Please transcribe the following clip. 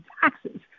taxes